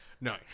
No